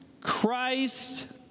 Christ